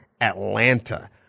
Atlanta